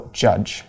judge